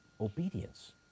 obedience